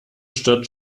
stadt